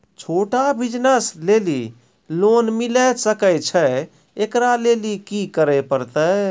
छोटा बिज़नस लेली लोन मिले सकय छै? एकरा लेली की करै परतै